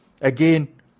Again